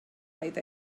oedd